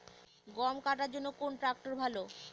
গম কাটার জন্যে কোন ট্র্যাক্টর ভালো?